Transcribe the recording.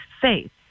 faith